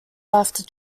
after